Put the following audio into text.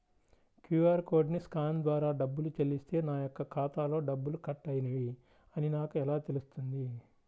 QR కోడ్ని scan ద్వారా డబ్బులు చెల్లిస్తే నా యొక్క ఖాతాలో డబ్బులు కట్ అయినవి అని నాకు ఎలా తెలుస్తుంది?